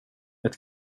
ett